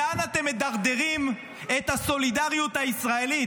לאן אתם מדרדרים את הסולידריות הישראלית?